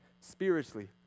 spiritually